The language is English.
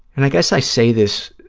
and i guess i say this,